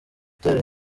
itorero